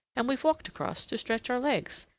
and we've walked across to stretch our legs,